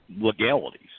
legalities